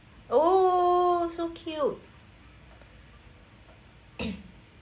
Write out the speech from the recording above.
oh so cute